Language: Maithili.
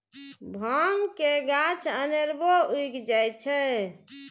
भांग के गाछ अनेरबो उगि जाइ छै